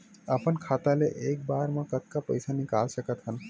अपन खाता ले एक बार मा कतका पईसा निकाल सकत हन?